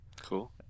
Cool